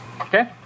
okay